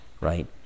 right